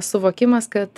suvokimas kad